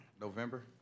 November